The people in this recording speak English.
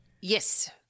Yes